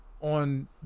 on